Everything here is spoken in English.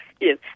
Yes